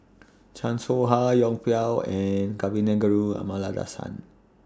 Chan Soh Ha Yong Pung and Kavignareru Amallathasan